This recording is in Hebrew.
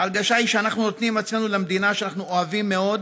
ההרגשה היא שאנחנו נותנים עצמנו למדינה שאנחנו אוהבים מאוד,